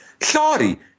Sorry